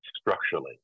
structurally